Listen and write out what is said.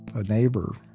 a neighbor.